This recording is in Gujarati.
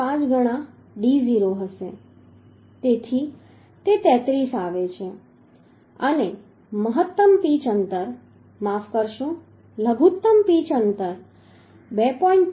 5 ગણા d0 હશે તેથી તે 33 આવે છે અને મહત્તમ પિચ અંતર માફ કરશો લઘુત્તમ પિચ અંતર 2